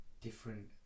different